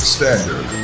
Standard